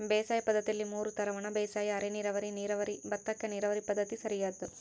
ಬೇಸಾಯ ಪದ್ದತಿಯಲ್ಲಿ ಮೂರು ತರ ಒಣಬೇಸಾಯ ಅರೆನೀರಾವರಿ ನೀರಾವರಿ ಭತ್ತಕ್ಕ ನೀರಾವರಿ ಪದ್ಧತಿ ಸರಿಯಾದ್ದು